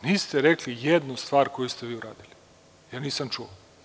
Niste rekli jednu stvar koju ste vi uradili, ja nisam čuo.